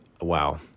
wow